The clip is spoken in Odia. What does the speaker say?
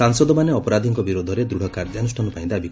ସାଂସଦମାନେ ଅପରାଧିଙ୍କ ବିରୋଧରେ ଦୃଢ଼ କାର୍ଯ୍ୟାନୁଷ୍ଠାନ ପାଇଁ ଦାବି